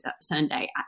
Sunday